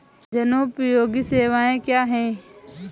जनोपयोगी सेवाएँ क्या हैं?